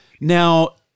now